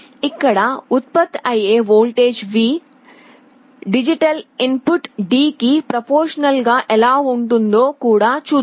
ఇక్కడ ఉత్పత్తి అయ్యే ఈ voltage V digital input D కి ప్రొఫార్మాషనల్ గా ఎలా ఉంటుందో కూడా చూద్దాం